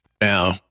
Now